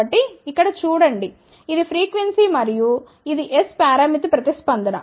కాబట్టి ఇక్కడ చూడండి ఇది ఫ్రీక్వెన్సీ మరియు ఇది S పారామితి ప్రతిస్పందన